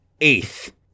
eighth